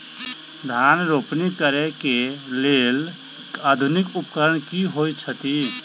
धान रोपनी करै कऽ लेल आधुनिक उपकरण की होइ छथि?